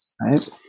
right